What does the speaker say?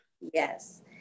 Yes